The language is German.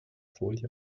folie